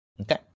Okay